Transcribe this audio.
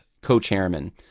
co-chairman